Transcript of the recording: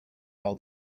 all